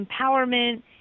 empowerment